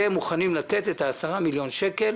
לזה הם מוכנים לתת 10 מיליון שקל,